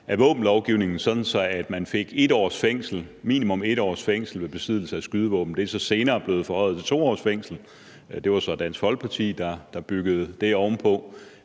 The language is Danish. af våbenlovgivningen, sådan at man fik minimum 1 års fængsel ved besiddelse af skydevåben. Det er så senere blevet forhøjet til 2 års fængsel, og det var så Dansk Folkeparti, der byggede det ovenpå.